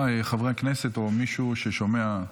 חברי הכנסת, סליחה, או מישהו ששומע,